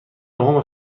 نهم